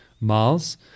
miles